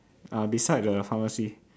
uh beside the pharmacy